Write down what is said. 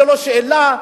ולא שאלה,